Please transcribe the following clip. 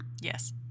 yes